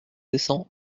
descend